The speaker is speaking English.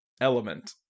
element